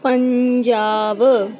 Punjab